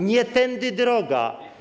Nie tędy droga.